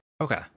Okay